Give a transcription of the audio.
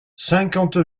cinquante